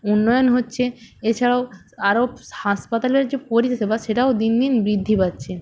উন্নয়ন হচ্ছে এছাড়াও আরো হাসপাতালের যে পরিষেবা সেটাও দিন দিন বৃদ্ধি পাচ্ছে